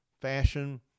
fashion